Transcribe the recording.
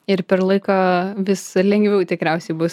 ir per laiką vis lengviau tikriausiai bus